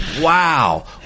Wow